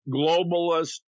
globalist